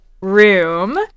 room